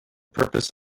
purpose